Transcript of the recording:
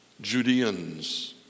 Judeans